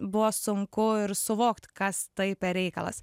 buvo sunku ir suvokt kas tai per reikalas